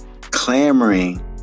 clamoring